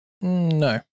No